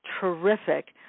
terrific